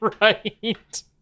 right